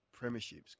premierships